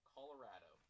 Colorado